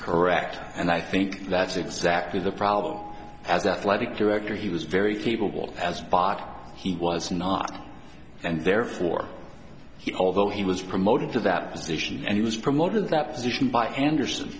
correct and i think that's exactly the problem as that director he was very capable as he was not and therefore although he was promoted to that position and was promoted that position by anderson